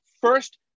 first